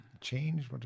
change